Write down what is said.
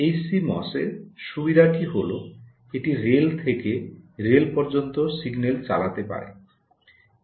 HCMOS এর সুবিধাটি হল এটি রেল থেকে রেল পর্যন্ত সিগন্যাল চালাতে পারে